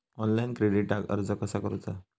Online क्रेडिटाक अर्ज कसा करुचा?